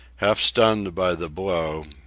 half-stunned by the blow,